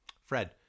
fred